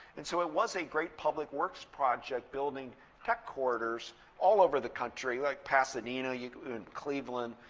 and so it was a great public works project, building tech corridors all over the country, like pasadena and cleveland.